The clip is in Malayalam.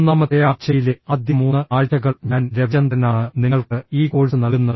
മൂന്നാമത്തെ ആഴ്ചയിലെ ആദ്യ മൂന്ന് ആഴ്ചകൾ ഞാൻ രവിചന്ദ്രനാണ് നിങ്ങൾക്ക് ഈ കോഴ്സ് നൽകുന്നത്